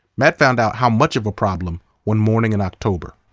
matt found out how much of a problem when morning in october.